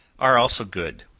are also good,